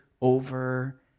over